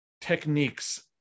techniques